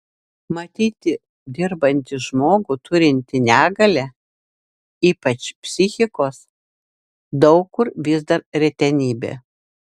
matyti dirbantį žmogų turintį negalią ypač psichikos daug kur vis dar retenybė